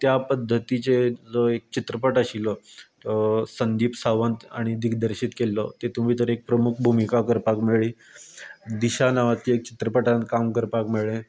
पद्दतीचें जो एक चित्रपट आशिल्लो तो संदीप सावंत हांणी दिग्दर्शीत केल्लो हितून भितर एक प्रमुख भुमिका करपाक मेळ्ळीं दिशा नांवाचे एक चित्रपटान काम करपाक मेळ्ळें